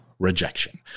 rejection